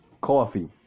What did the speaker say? Coffee